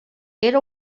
era